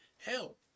help